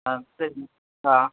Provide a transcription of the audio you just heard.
ஆ சரிண்ணா ஆ